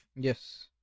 Yes